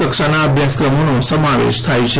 કક્ષાનાં અભ્યાસક્રમોનો સમાવેશ થાય છે